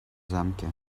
замке